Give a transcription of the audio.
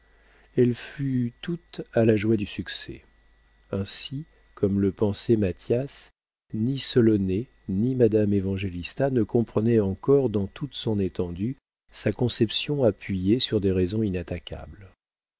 elle fut toute à la joie du succès ainsi comme le pensait mathias ni solonet ni madame évangélista ne comprenaient encore dans toute son étendue sa conception appuyée sur des raisons inattaquables